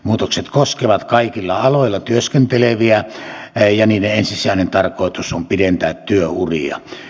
muutokset koskevat kaikilla aloilla työskenteleviä ja niiden ensisijainen tarkoitus on pidentää työuria